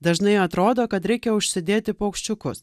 dažnai atrodo kad reikia užsidėti paukščiukus